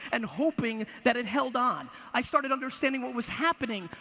and hoping that it held on. i started understanding what was happening,